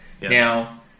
Now